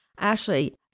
Ashley